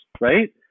right